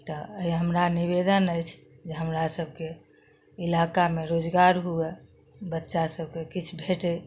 तऽ अइ हमरा निवेदन अछि जे हमरा सभके इलाकामे रोजगार हुअए बच्चा सभके किछु भेटय